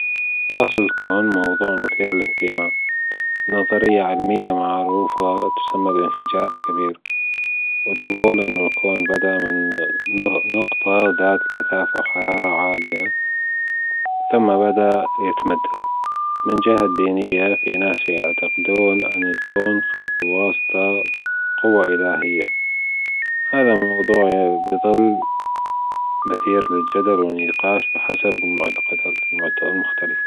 أصل الكون موضوع مثير للأهتمام نظرية علمية معروفة بالأنفجار الكبير وتجول أن الكون بدأ نجطة ذات كثافة عالية ثم بدأ يتمدد من جهة دينية في ناس يعتقدون أن الكون خلق بواسطة قوى إلاهيه هذا الموضوع بيضل مثير للجدل والنقاش على حسب المعتقدات المختلفة.